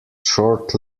short